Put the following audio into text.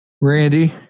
Randy